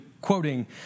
quoting